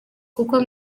kuko